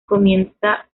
comienza